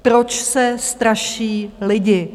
Proč se straší lidi?